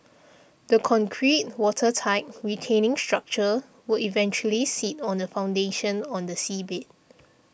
the concrete watertight retaining structure will eventually sit on a foundation on the seabed